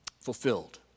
Fulfilled